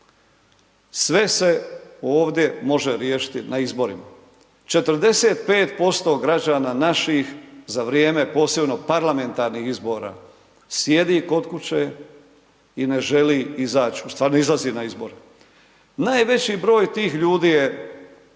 Sve se ovdje može riješiti na izborima. 45% građana napih za vrijeme posebno parlamentarnih izbora, sjedi kod kuće i ne želi izaći ustvari ne izlazi na izbore. Najveći broj tih ljudi je,